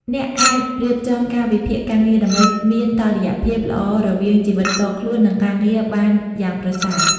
អ្នកអាចរៀបចំកាលវិភាគការងារដើម្បីមានតុល្យភាពល្អរវាងជីវិតផ្ទាល់ខ្លួន និងការងារបានយ៉ាងប្រសើរ។